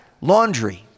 Laundry